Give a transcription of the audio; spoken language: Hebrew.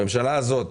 הממשלה הזאת